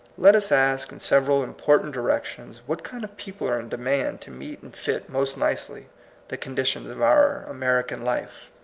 let us ask, in several important direc tions, what kind of people are in demand to meet and fit most nicely the conditions of our american life.